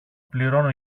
πληρώνω